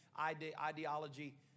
ideology